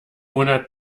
monat